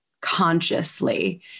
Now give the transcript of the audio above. Consciously